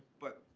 but,